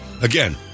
again